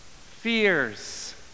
fears